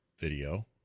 video